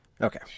Okay